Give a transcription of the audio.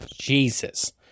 Jesus